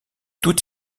tout